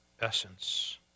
essence